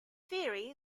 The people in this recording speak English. theory